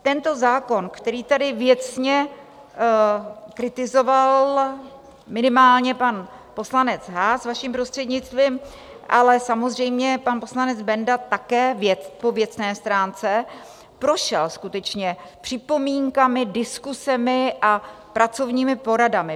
Tento zákon, který tady věcně kritizoval minimálně pan poslanec Haas vaším prostřednictvím, ale samozřejmě pan poslanec Benda také po věcné stránce, prošel skutečně připomínkami, diskusemi a pracovními poradami.